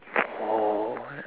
oh